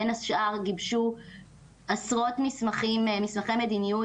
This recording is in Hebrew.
בין השאר גיבשו עשרות מסמכי מדיניות,